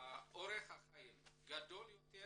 באורח החיים גדול יותר